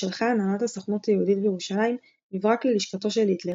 שלחה הנהלת הסוכנות היהודית בירושלים מברק ללשכתו של היטלר,